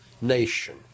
nation